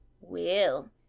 Will